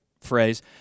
phrase